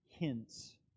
hints